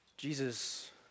Jesus